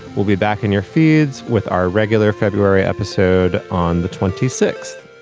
we'll be back in your feeds with our regular february episode on the twenty six.